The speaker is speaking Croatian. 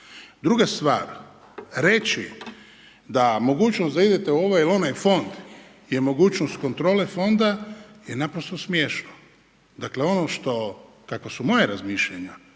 Druga stvar, reći da mogućnost da idete u ovaj ili onaj fond je mogućnost kontrole fonda je naprosto smiješno. Dakle kakva su moja razmišljanja,